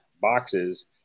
boxes